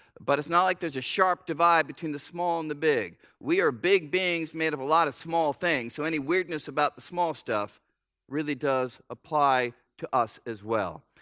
but it's not like there's a sharp divide between the small and the big. we are big beings made of a lot of small things. so any weirdness about the small stuff really does apply to us as well.